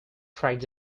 track